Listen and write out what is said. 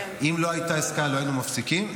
אם לא הייתה עסקה, לא היינו מפסיקים.